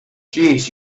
jeez